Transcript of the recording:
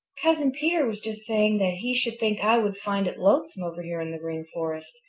cousin peter was just saying that he should think i would find it lonesome over here in the green forest.